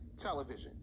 television